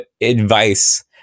advice